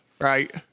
right